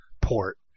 port